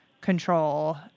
control